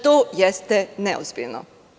To jeste neozbiljno.